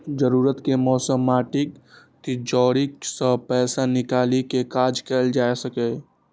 जरूरत के समय माटिक तिजौरी सं पैसा निकालि कें काज कैल जा सकैए